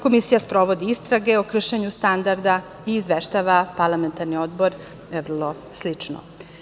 Komisija sprovodi istrage o kršenju standarda i izveštava parlamentarni odbor, vrlo slično.